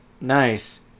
Nice